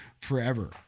forever